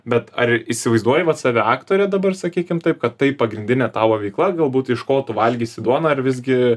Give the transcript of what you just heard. bet ar įsivaizduoji vat save aktorių dabar sakykim taip kad tai pagrindinė tavo veikla galbūt iš ko tu valgysi duoną ar visgi